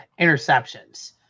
interceptions